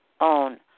own